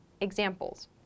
Examples